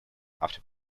after